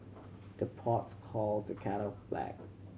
the pots call the kettle black